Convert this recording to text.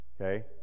Okay